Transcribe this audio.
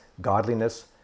godliness